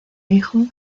hijo